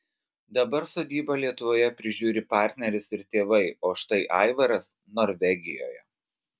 dabar sodybą lietuvoje prižiūri partneris ir tėvai o štai aivaras norvegijoje